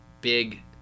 big